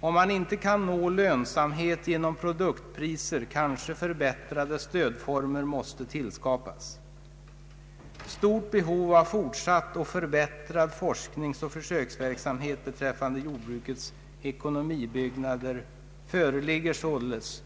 Om man inte kan nå lönsamhet genom produktpriser, kanske förbättrade stödformer måste tillskapas. Stort behov av fortsatt och förbättrad forskning samt försöksverksamhet beträffande jordbrukets ekonomibyggnader föreligger således.